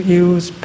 use